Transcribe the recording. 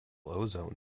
ozone